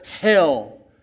hell